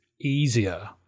easier